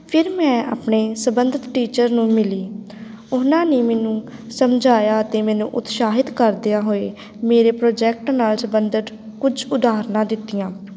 ਫਿਰ ਮੈਂ ਆਪਣੇ ਸੰਬੰਧਿਤ ਟੀਚਰ ਨੂੰ ਮਿਲੀ ਉਹਨਾਂ ਨੇ ਮੈਨੂੰ ਸਮਝਾਇਆ ਅਤੇ ਮੈਨੂੰ ਉਤਸ਼ਾਹਿਤ ਕਰਦਿਆਂ ਹੋਏ ਮੇਰੇ ਪ੍ਰੋਜੈਕਟ ਨਾਲ ਸੰਬੰਧਿਤ ਕੁਝ ਉਦਾਹਰਨਾਂ ਦਿੱਤੀਆਂ